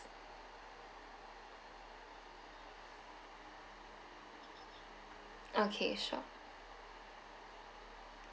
okay sure